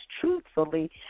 truthfully